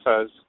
says